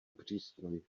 přístroj